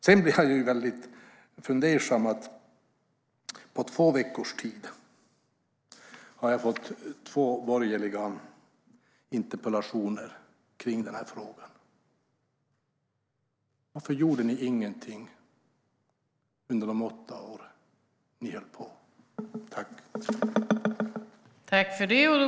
Sedan blir jag väldigt fundersam när jag under två veckors tid har fått två interpellationen från de borgerliga om den här frågan. Varför gjorde ni ingenting under de åtta år som ni hade makten?